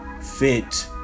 fit